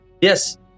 Yes